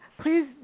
please